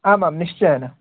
आम् आम् निश्चयेन